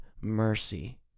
mercy